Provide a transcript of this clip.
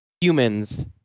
humans